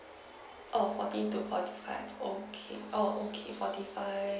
oh forty to forty five okay oh okay forty five